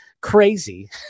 crazy